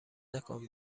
نکن